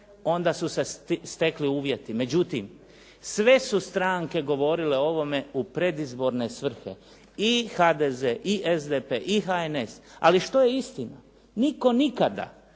onda su se stekli uvjeti, međutim sve su stranke govorile o ovome u predizborne svrhe i HDZ, i SDP i HNS, ali što je istina? Nitko nikada